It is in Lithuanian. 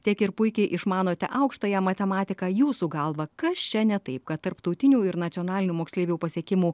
tiek ir puikiai išmanote aukštąją matematiką jūsų galva kas čia ne taip kad tarptautinių ir nacionalinių moksleivių pasiekimų